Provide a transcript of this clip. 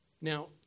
Now